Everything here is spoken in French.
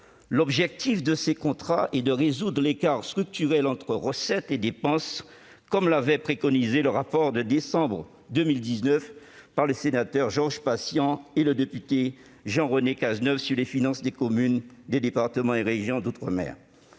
L'objectif de ces contrats est de résoudre l'écart structurel entre recettes et dépenses, comme l'avait préconisé le rapport de décembre 2019 du sénateur Georges Patient et du député Jean-René Cazeneuve sur les finances des communes, des départements et des régions d'outre-mer.